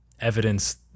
evidence